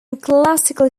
classical